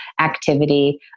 activity